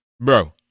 Bro